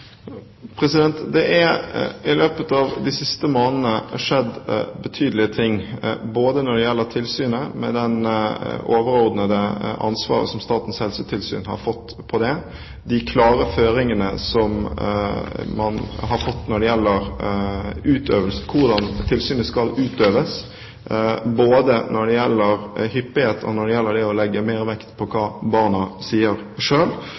Det er i løpet av de siste månedene skjedd betydelige ting både når det gjelder tilsynet, med det overordnede ansvaret som Statens helsetilsyn har fått, og de klare føringene man har fått for hvordan tilsynet skal utøves når det gjelder hyppighet og det å legge mer vekt på hva barna sier